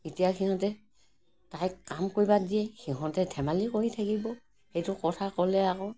এতিয়া সিহঁতে তাইক কাম কৰিবা দিয়ে সিহঁতে ধেমালি কৰি থাকিব সেইটো কথা ক'লে আকৌ